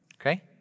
Okay